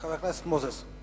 חבר הכנסת מנחם מוזס.